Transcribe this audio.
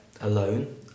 alone